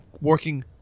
working